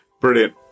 Brilliant